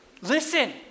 listen